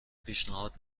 پیشنهاد